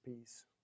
peace